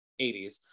80s